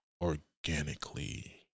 organically